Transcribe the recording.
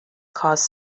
caused